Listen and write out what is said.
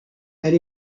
elle